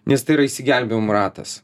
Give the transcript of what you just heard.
nes tai yra išsigelbėjimo ratas